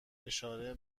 اشاره